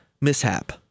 mishap